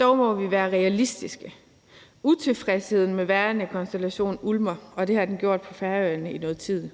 Dog må vi være realistiske. Utilfredsheden med den nuværende konstruktion ulmer, og det har den gjort på Færøerne i noget tid.